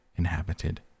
inhabited